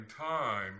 time